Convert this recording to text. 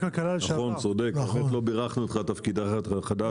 נכון, צודק, באמת לא בירכנו אותך על תפקידך החדש.